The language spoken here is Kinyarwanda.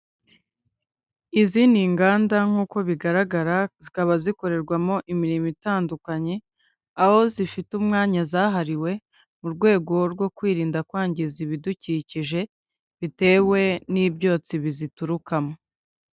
Izindi ni inganda nk'uko bigaragara zikaba zikorerwamo imirimo itandukanye aho zifite umwanya zahariwe mu rwego rwo kwirinda kwangiza ibidukikije bitewe n'ibyotsi biziturukamo.